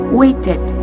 waited